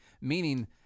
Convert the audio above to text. meaning